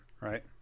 right